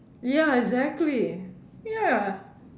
ya exactly ya